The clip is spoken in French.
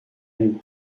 nous